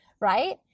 right